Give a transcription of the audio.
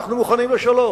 אנחנו מוכנים לשלום.